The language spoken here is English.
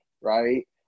right